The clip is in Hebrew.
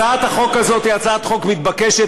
הצעת החוק הזאת היא הצעת חוק מתבקשת,